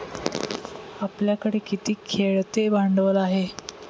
आपल्याकडे किती खेळते भांडवल आहे?